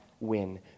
win